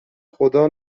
خدا